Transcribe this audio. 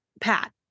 Pat